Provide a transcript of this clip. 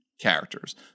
characters